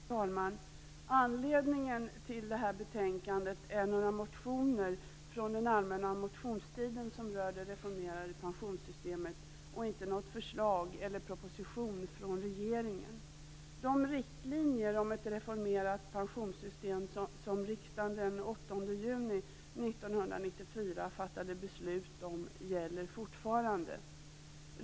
Fru talman! Anledningen till detta betänkande är några motioner från den allmänna motionstiden som rör det reformerade pensionssystemet, och inte någon proposition från regeringen. De riktlinjer om ett reformerat pensionssystem som riksdagen den 8 juni 1994 fattade beslut om gäller fortfarande.